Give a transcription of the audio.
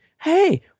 hey